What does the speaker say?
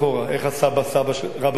איך הסבא רבא נראה?